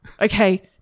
Okay